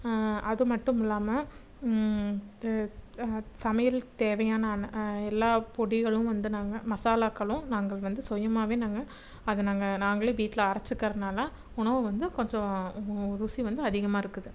அதுமட்டும் இல்லாமல் சமையலுக்கு தேவையான எல்லா பொடிகளும் வந்து நாங்கள் மசாலாக்களும் நாங்கள் வந்து சுயமாகவே நாங்கள் அதை நாங்கள் நாங்களே வீட்டில் அரைச்சுக்கறனால உணவு வந்து கொஞ்சம் ருசி வந்து அதிகமாக இருக்குது